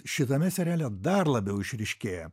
šitame seriale dar labiau išryškėja